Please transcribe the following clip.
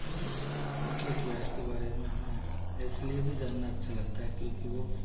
और उनके इतिहास के बारे में हमें इसलिए भी जानना अच्छा लगता है क्योंकि वो